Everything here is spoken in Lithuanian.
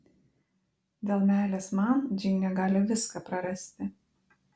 dėl meilės man džeinė gali viską prarasti